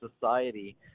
society